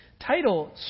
title